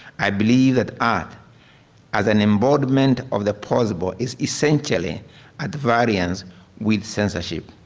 i believe that art as an embodiment of the plausible is essentially at variance with censorship.